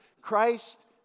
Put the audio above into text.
Christ